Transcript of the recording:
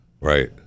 Right